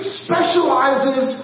specializes